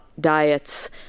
diets